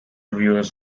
viewers